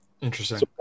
Interesting